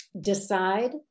decide